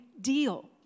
deal